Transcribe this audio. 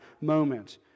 moment